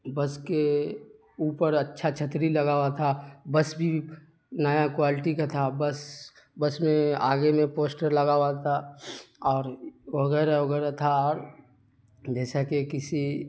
بس کے اوپر اچھا چھتری لگا ہوا تھا بس بھی نیا کوالٹی کا تھا بس بس میں آگے میں پوسٹر لگا ہوا تھا اور وغیرہ وغیرہ تھا اور جیسا کہ کسی